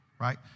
right